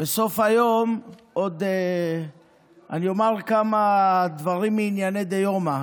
בסוף היום עוד אומר כמה דברים מענייני דיומא.